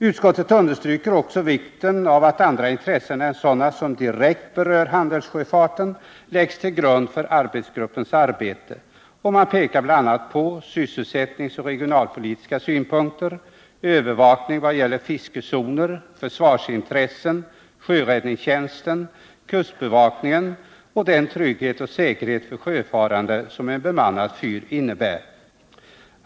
Utskottet understryker också vikten av att andra intressen än sådana som direkt berör handelssjöfarten läggs till grund för arbetsgruppens arbete. Man pekar bl.a. på sysselsättningssynpunkter och regionalpolitiska synpunkter, övervakning av fiskezoner, försvarsintressen, sjöräddningstjänsten, kustbevakningen och den trygghet och säkerhet för sjöfarande som en bemannad fyr innebär.